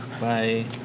Bye